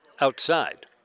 Outside